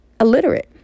illiterate